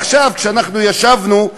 עכשיו, כשאנחנו ישבנו,